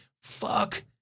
Fuck